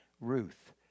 Ruth